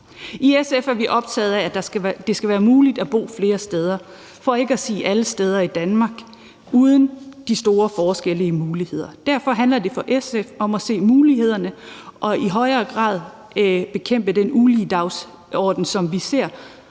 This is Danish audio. I SF er vi optagede af, at det skal være muligt at bo flere steder i Danmark, for ikke at sige alle steder, uden at der er de store forskelle i mulighederne. Derfor handler det for SF om at se mulighederne og i højere grad bekæmpe den ulighedsdagsorden, som vi ser.